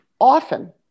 often